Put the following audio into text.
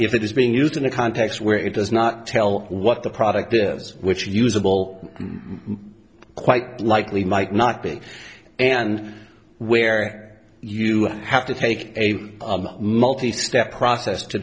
if it is being used in a context where it does not tell what the product is which usable quite likely might not be and where you have to take a multi step process to